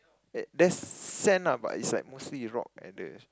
eh there's sand lah but is like mostly rock at the